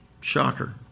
Shocker